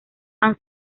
han